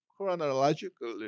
chronologically